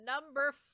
number